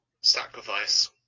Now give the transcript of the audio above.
sacrifice